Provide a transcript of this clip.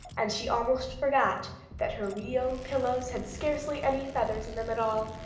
and she almost forgot that her real pillows had scarcely any feathers in them at all,